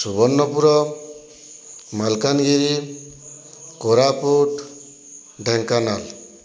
Subarnapur Malkangiri Koraput Dhenkanal